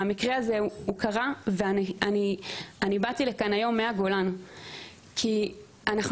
והמקרה הזה קרה ואני באתי לכאן היום מהגולן כי אנחנו